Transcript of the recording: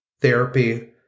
therapy